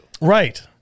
right